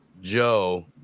Joe